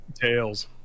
tails